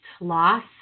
loss